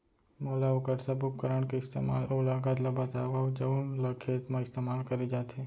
मोला वोकर सब उपकरण के इस्तेमाल अऊ लागत ल बतावव जउन ल खेत म इस्तेमाल करे जाथे?